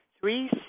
Three